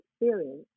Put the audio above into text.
experience